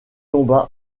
tomba